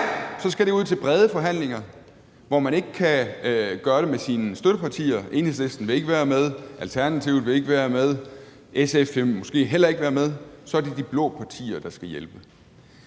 så skal det ud til brede forhandlinger, hvor man ikke kan gøre det med sine støttepartier. Enhedslisten vil ikke være med, Alternativet vil ikke være med, SF vil måske heller ikke være med. Så er det de blå partier, der skal hjælpe.